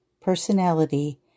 personality